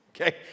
okay